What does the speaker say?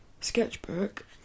sketchbook